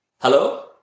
hello